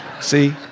See